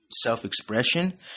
self-expression